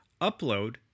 upload